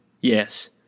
Yes